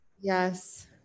yes